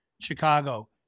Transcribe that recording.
Chicago